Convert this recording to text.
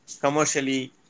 commercially